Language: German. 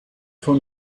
von